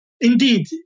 indeed